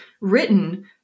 written